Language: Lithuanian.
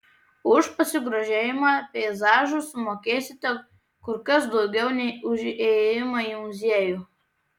už pasigrožėjimą peizažu sumokėsite kur kas daugiau nei už įėjimą į muziejų